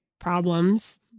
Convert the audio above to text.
problems